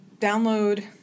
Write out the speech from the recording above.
download